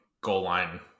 goal-line